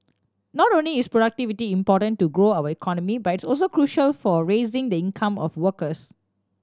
not only is productivity important to grow our economy but it's also crucial for raising the income of workers